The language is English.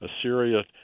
Assyria